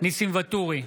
ניסים ואטורי,